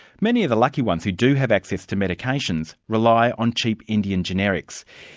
many of the lucky ones who do have access to medications, rely on cheap indian generics.